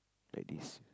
like this